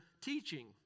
teaching